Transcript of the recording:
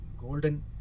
golden